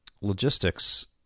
logistics